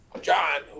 John